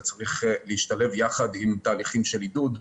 זה צריך להשתלב יחד עם תהליך של עידוד,